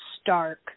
stark